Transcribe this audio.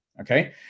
Okay